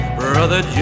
brother